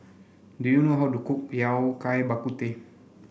do you know how to cook Yao Cai Bak Kut Teh